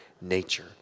nature